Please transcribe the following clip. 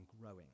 growing